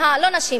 לא מהנשים,